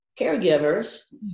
caregivers